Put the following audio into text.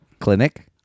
Clinic